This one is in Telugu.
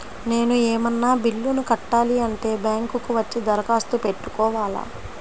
నేను ఏమన్నా బిల్లును కట్టాలి అంటే బ్యాంకు కు వచ్చి దరఖాస్తు పెట్టుకోవాలా?